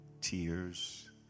tears